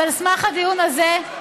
אז על סמך הדיון הזה,